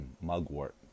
Mugwort